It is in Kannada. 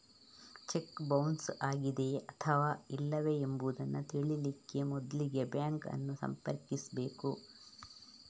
ಚೆಕ್ ಬೌನ್ಸ್ ಆಗಿದೆಯೇ ಅಥವಾ ಇಲ್ಲವೇ ಎಂಬುದನ್ನ ತಿಳೀಲಿಕ್ಕೆ ಮೊದ್ಲಿಗೆ ಬ್ಯಾಂಕ್ ಅನ್ನು ಸಂಪರ್ಕಿಸ್ಬೇಕು